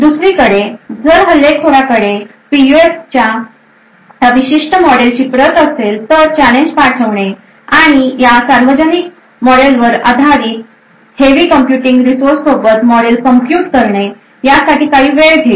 दुसरीकडे जर हल्लेखोरकडे पीयूएफच्या या विशिष्ट मॉडेलची प्रत असेल तर चॅलेंज पाठवणे आणि या पब्लिक मॉडेलवर आधारित हेवी कम्प्युटिंग रिसोर्सेस सोबत मॉडेल कम्प्युट करणे यासाठी काही वेळ घेईल